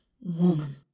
woman